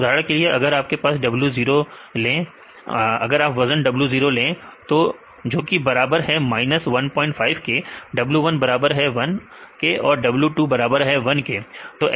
तो उदाहरण के लिए अगर आप वजन w0 ले तो जोकि बराबर है माइनस 15 के w1 बराबर है 1 के w2 बराबर है 1 के